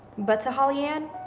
but to holly-ann.